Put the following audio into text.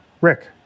Rick